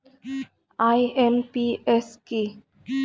IMPS কি?